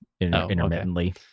intermittently